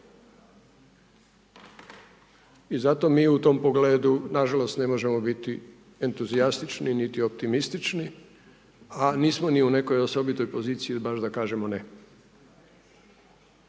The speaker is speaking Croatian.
I zato mi u tom pogledu nažalost ne možemo biti entuzijastični niti optimistični a nismo ni u nekoj osobitoj poziciji baš da kažemo ne.